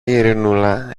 ειρηνούλα